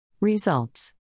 Results